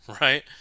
right